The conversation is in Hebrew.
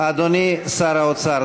אדוני שר האוצר.